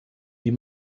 die